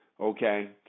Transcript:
Okay